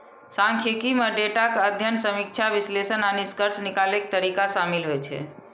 सांख्यिकी मे डेटाक अध्ययन, समीक्षा, विश्लेषण आ निष्कर्ष निकालै के तरीका शामिल होइ छै